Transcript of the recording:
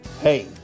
hey